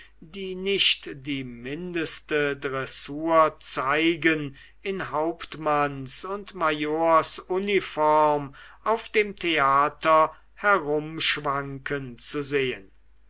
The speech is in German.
die nicht die mindeste dressur zeigen in hauptmanns und majorsuniform auf dem theater herumschwanken zu sehen